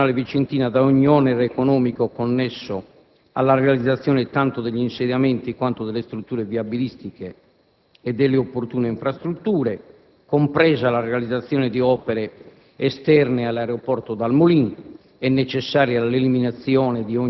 esonero dell'amministrazione comunale vicentina da ogni onere economico connesso alla realizzazione tanto degli insediamenti quanto delle strutture viabilistiche e delle opportune infrastrutture, compresa la realizzazione di opere esterne all'aeroporto Dal Molin